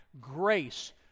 grace